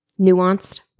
Nuanced